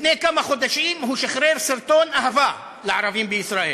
לפני כמה חודשים הוא שחרר סרטון אהבה לערבים בישראל.